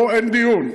פה אין דיון.